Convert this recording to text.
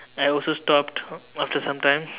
I also stopped after some time